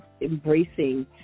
embracing